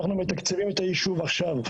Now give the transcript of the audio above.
אנחנו מתקצבים את היישוב עכשיו.